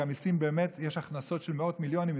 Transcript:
כי מהמיסים יש הכנסות של מאות מיליונים,